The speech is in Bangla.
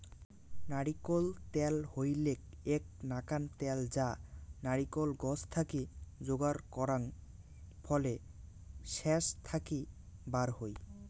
নারিকোল ত্যাল হইলেক এ্যাক নাকান ত্যাল যা নারিকোল গছ থাকি যোগার করাং ফলের শাস থাকি বার হই